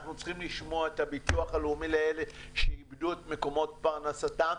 אנחנו צריכים לשמוע את הביטוח הלאומי לאלה שאיבדו את מקומות פרנסתם,